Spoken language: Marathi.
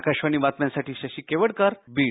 आकाशवाणी बातम्यांसाठी शशी केवडकर बीड